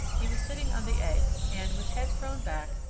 he was sitting on the eggs and, with head thrown back,